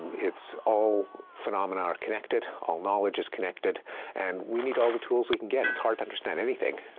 it's all phenomena are connected, all knowledge is connected and we need all the tools we can get. it's hard to understand anything.